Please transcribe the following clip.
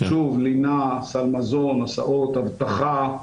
לינה, סל מזון, הסעות, אבטחה.